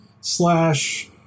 slash